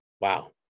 wow